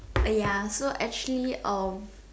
!aiya! so actually um